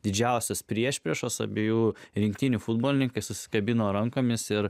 didžiausios priešpriešos abiejų rinktinių futbolininkai susikabino rankomis ir